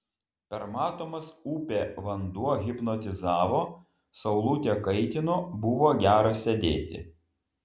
permatomas upė vanduo hipnotizavo saulutė kaitino buvo gera sėdėti